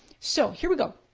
so here we go.